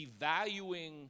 devaluing